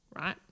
right